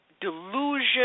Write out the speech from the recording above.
delusion